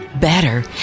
Better